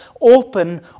open